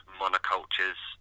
monocultures